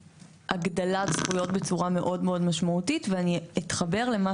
הגדלת זכויות בצורה מאוד משמעותית ואני אתחבר למה